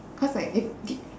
cause like if